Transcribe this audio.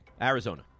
Arizona